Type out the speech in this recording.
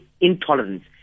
intolerance